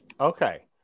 Okay